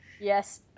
yes